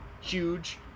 huge